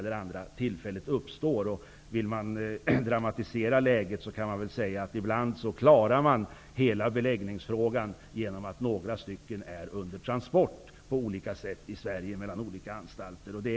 Om man vill dramatisera läget, kan man säga att man ibland löser beläggningsfrågan genom att en del intagna är under transport mellan olika anstalter i Sverige.